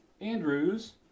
Andrews